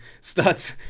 starts